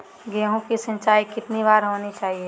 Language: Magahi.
गेहु की सिंचाई कितनी बार होनी चाहिए?